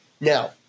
Now